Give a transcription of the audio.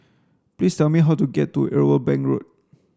please tell me how to get to Irwell Bank Road